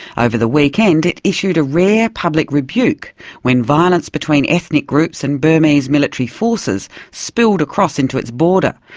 over the weekend, it issued a rare public rebuke when violence between ethnic groups and burmese military forces spilled across into its border,